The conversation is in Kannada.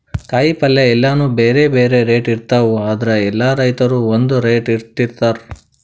ಕಾಯಿಪಲ್ಯ ಎಲ್ಲಾನೂ ಬ್ಯಾರೆ ಬ್ಯಾರೆ ರೇಟ್ ಇರ್ತವ್ ಆದ್ರ ಎಲ್ಲಾ ರೈತರ್ ಒಂದ್ ರೇಟ್ ಇಟ್ಟಿರತಾರ್